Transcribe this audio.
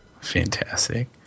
Fantastic